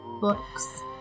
books